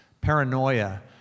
paranoia